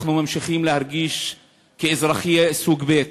אנחנו ממשיכים להרגיש כאזרחים סוג ב'.